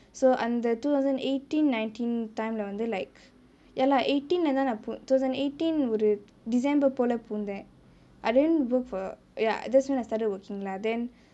so அந்த:antha two thousand eighteen nineteen time லே வந்து:le vanthu like ya lah eighteen லேதா நா:lethaa naa two thousand eighteen ஒரு:oru december போல பூந்தே:pole poonthae I didn't work for ya that's when I started working lah then